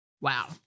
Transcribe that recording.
Wow